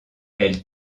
elle